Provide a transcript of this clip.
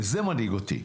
וזה מדאיג אותי.